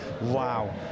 wow